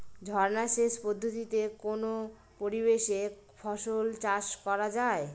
ঝর্না সেচ পদ্ধতিতে কোন পরিবেশে ফসল চাষ করা যায়?